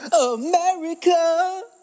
America